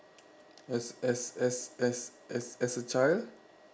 as as as as as as a child